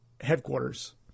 headquarters